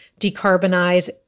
decarbonize